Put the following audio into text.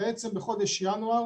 בעצם, בחודש ינואר